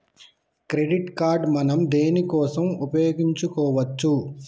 Credit card మనం దేనికోసం ఉపయోగించుకోవచ్చు?